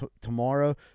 tomorrow